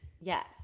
Yes